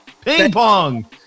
Ping-pong